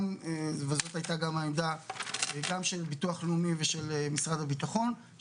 וזאת הייתה גם העמדה של ביטוח ושל משרד הביטחון,